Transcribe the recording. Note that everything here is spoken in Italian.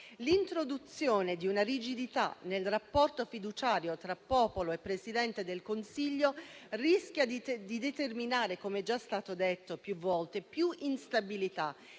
L'introduzione di una rigidità nel rapporto fiduciario tra popolo e Presidente del Consiglio rischia di determinare, come è già stato detto più volte, più instabilità,